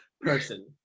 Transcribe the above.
person